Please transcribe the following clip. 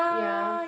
ya